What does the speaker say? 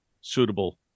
suitable